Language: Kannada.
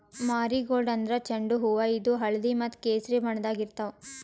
ಮಾರಿಗೋಲ್ಡ್ ಅಂದ್ರ ಚೆಂಡು ಹೂವಾ ಇದು ಹಳ್ದಿ ಮತ್ತ್ ಕೆಸರಿ ಬಣ್ಣದಾಗ್ ಇರ್ತವ್